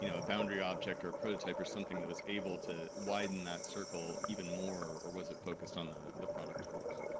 you know boundary object or a prototype or something that was able to widen that circle even more or was it focused on the the product groups?